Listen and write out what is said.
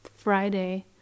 Friday